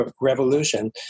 revolution